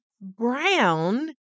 brown